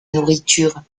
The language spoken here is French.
nourriture